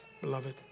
beloved